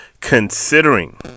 considering